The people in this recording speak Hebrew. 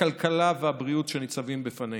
הכלכלה והבריאות שניצבים בפנינו.